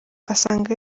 asanga